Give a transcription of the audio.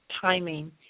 timing